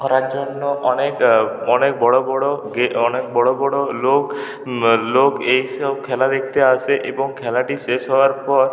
করার জন্য অনেক অনেক বড় বড় অনেক বড় বড় লোক লোক এই সব খেলা দেখতে আসে এবং খেলাটি শেষ হওয়ার পর